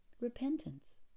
repentance